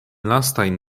lastajn